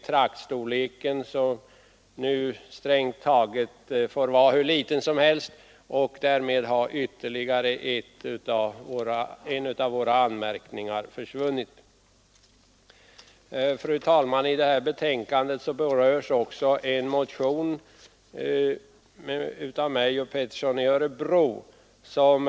Traktstorleken får nu vara hur liten som helst. Därmed försvinner ännu en av våra anmärkningar. Fru talman! I detta betänkande berörs också en motion av herr Pettersson i Örebro och mig.